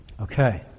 Okay